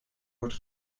wordt